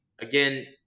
Again